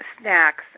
snacks